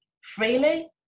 freely